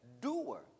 doer